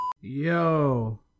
Yo